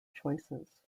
choices